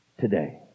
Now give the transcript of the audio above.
today